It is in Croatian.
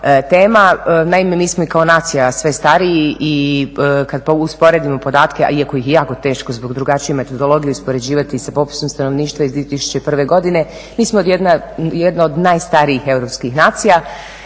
tema. Naime, mi smo i kao nacija sve stariji i kad usporedimo podatke, iako ih je jako teško zbog drugačije metodologije uspoređivati sa popisom stanovništva iz 2001. godine, mi smo jedna od najstarijih europskih nacija